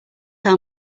how